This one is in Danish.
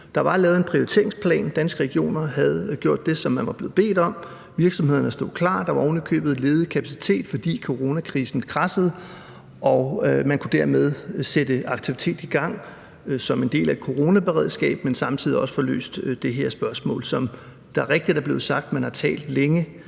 Der var lavet en prioriteringsplan; Danske Regioner havde gjort det, som man var blevet bedt om; virksomhederne stod klar, og der var ovenikøbet ledig kapacitet, fordi coronakrisen kradsede, og man kunne dermed sætte aktiviteter i gang som en del af coronaberedskabet og samtidig også få løst det her problem. Det er rigtigt, der er blevet sagt, at man har talt længe